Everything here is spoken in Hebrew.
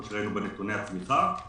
כפי שראינו בנתוני הצמיחה.